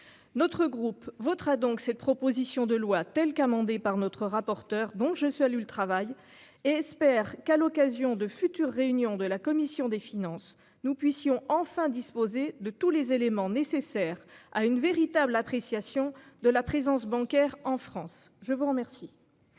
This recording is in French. Notre groupe votera donc cette proposition de loi, telle qu'amendée par notre rapporteur dont je suis élue, le travail et espère qu'à l'occasion de futures réunions de la commission des finances, nous puissions enfin disposer de tous les éléments nécessaires à une véritable appréciation de la présence bancaire en France, je vous remercie.